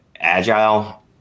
agile